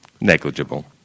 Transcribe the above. negligible